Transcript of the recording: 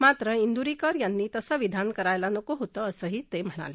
मात्र इंद्रीकर यांनी तसं विधान करायला नको होतं असंही ते म्हणाले